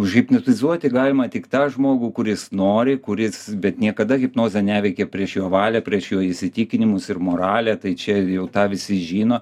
užhipnotizuoti galima tik tą žmogų kuris nori kuris bet niekada hipnozė neveikia prieš jo valią prieš jo įsitikinimus ir moralę tai čia jau tą visi žino